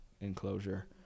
enclosure